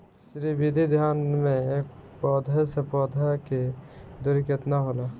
श्री विधि धान में पौधे से पौधे के दुरी केतना होला?